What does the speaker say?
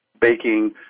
baking